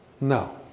No